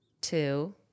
two